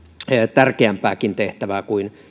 tärkeämpääkin tehtävää kuin